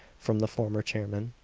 from the former chairman.